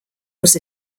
was